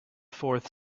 fourth